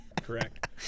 Correct